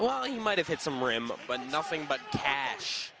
well you might have had some ram but nothing but ca